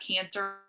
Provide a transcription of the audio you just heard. cancer